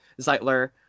Zeitler